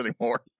anymore